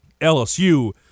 LSU